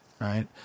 Right